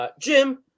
Jim